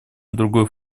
другой